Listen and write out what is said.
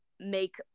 make